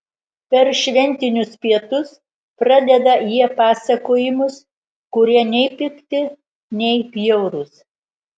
per šventinius pietus pradeda jie pasakojimus kurie nei pikti nei bjaurūs